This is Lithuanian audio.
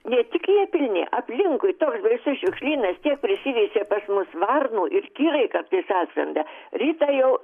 ne tik jie pilni aplinkui toks baisus šiukšlynas tiek prisiveisė pas mus varnų ir kirai kartais atskrenda rytą jau